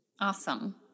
awesome